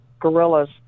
gorillas